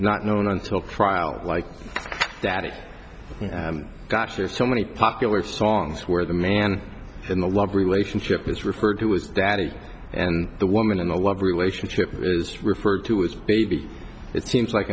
not known until trial like that it gosh there's so many popular songs where the man in the love relationship is referred to his daddy and the woman in a love relationship is referred to as baby it seems like